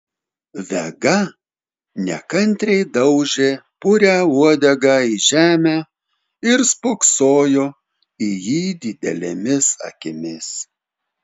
vega nekantriai daužė purią uodegą į žemę ir spoksojo į jį didelėmis akimis